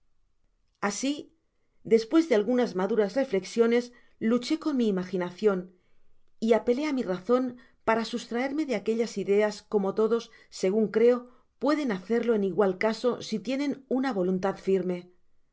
asi despues de algunas maduras reflexiones luché con mi imaginacion y apelé á mi razoa para sustraerme de aquellas ideas como todos segun creo pueden hacerlo en igual caso si tienen una voluntad firme